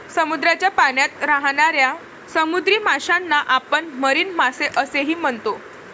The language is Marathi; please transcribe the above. समुद्राच्या पाण्यात राहणाऱ्या समुद्री माशांना आपण मरीन मासे असेही म्हणतो